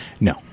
No